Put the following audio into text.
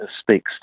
speaks